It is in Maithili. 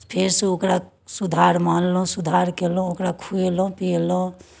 फेरसँ ओकरा सुधारमे अनलहुँ सुधार केलहुँ ओकरा खुएलहुँ पिएलहुँ